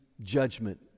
judgment